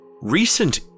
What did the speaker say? Recent